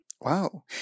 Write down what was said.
Wow